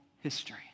history